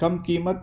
کم قیمت